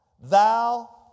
thou